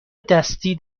دستی